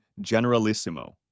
Generalissimo